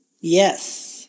Yes